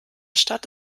stadt